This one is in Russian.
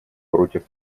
против